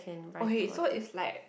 okay so is like